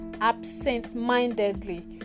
absent-mindedly